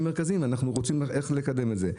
מרכזיים אנחנו רוצים לדעת איך לקדם את זה.